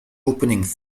opening